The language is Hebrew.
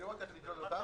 לראות איך לקלוט אותם?